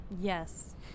Yes